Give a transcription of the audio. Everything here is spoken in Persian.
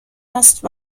است